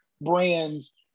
brands